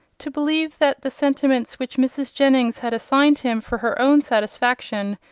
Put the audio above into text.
to believe that the sentiments which mrs. jennings had assigned him for her own satisfaction,